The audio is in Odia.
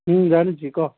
ଜାଣିଛି କହ